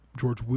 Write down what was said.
George